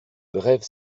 brève